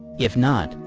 if not,